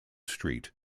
street